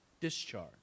discharge